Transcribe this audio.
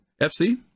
FC